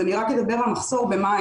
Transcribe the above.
אז אני רק אדבר על מחסור במים.